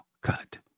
cut